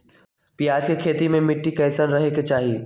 प्याज के खेती मे मिट्टी कैसन रहे के चाही?